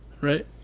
right